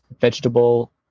vegetable